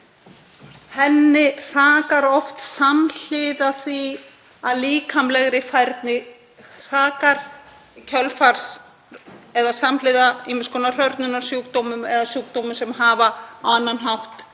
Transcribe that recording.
heilsu hrakar oft samhliða því að líkamlegri færni hrakar, samhliða ýmiss konar hrörnunarsjúkdómum eða sjúkdómum sem hafa á annan hátt